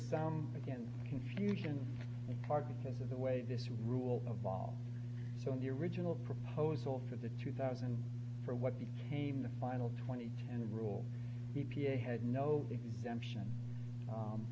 some again confusion in part because of the way this rule of law so in the original proposal for the two thousand and for what became the final twenty and rule e p a had no exemption